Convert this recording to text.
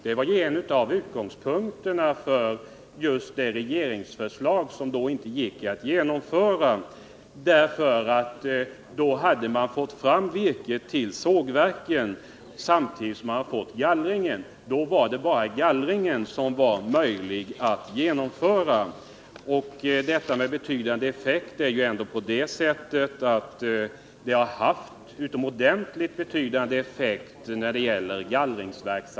Det var ju en av utgångspunkterna för just det regeringsförslag som vid det tillfället inte gick att genomföra. Om förslaget hade antagits, hade man fått fram virke till sågverken samtidigt som man hade fått gallringen. Då var det bara gallringen som var möjlig att genomföra, men denna stödform har trots allt haft en utomordentligt betydande effekt.